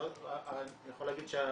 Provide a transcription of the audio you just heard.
קודם כל אני יכול להגיד שהיזמים,